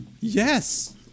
Yes